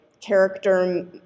character